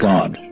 God